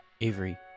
Avery